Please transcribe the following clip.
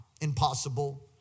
impossible